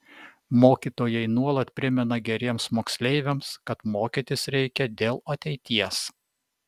mokytojai nuolat primena geriems moksleiviams kad mokytis reikia dėl ateities